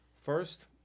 First